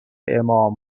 امام